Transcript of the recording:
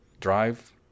Drive